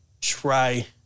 try